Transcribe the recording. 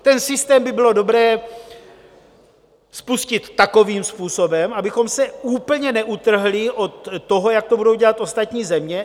Ten systém by bylo dobré spustit takovým způsobem, abychom se úplně neutrhli od toho, jak to budou dělat ostatní země.